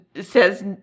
says